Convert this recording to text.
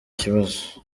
kibazo